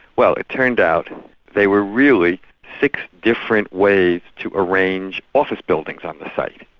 well, it turned out they were really six different ways to arrange office buildings on the site.